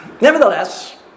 Nevertheless